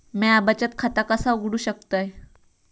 म्या बचत खाता कसा उघडू शकतय?